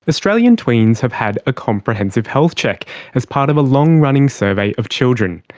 australian tweens have had a comprehensive health check as part of a long-running survey of children.